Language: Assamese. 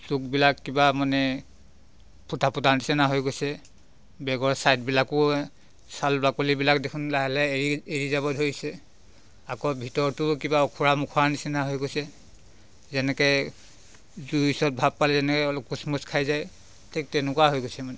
চুকবিলাক কিবা মানে ফুটা ফুটাৰ নিচিনা হৈ গৈছে বেগৰ চাইডবিলাকো চাল বাকলিবিলাক দেখোন লাহে লাহে এৰি এৰি যাব ধৰিছে আকৌ ভিতৰতো কিবা ওখোৰা মোখোৰা নিচিনা হৈ গৈছে যেনেকৈ জুইৰ ওচৰত ভাপ পালে যেনেকৈ অলপ কোচ মোচ খাই যায় ঠিক তেনেকুৱা হৈ গৈছে মানে